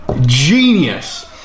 Genius